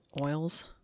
oils